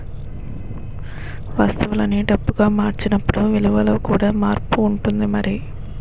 వస్తువుల్ని డబ్బుగా మార్చినప్పుడు విలువలో కూడా మార్పు ఉంటుంది మరి